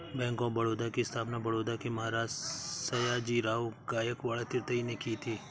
bank of Baroda की स्थापना बड़ौदा के महाराज सयाजीराव गायकवाड तृतीय ने की थी